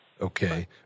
Okay